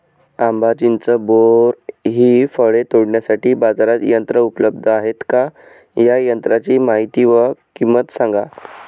आंबा, चिंच, बोर हि फळे तोडण्यासाठी बाजारात यंत्र उपलब्ध आहेत का? या यंत्रांची माहिती व किंमत सांगा?